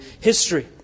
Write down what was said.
history